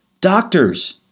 doctors